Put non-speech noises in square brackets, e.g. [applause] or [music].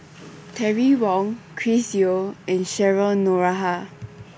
[noise] Terry Wong Chris Yeo and Cheryl Noronha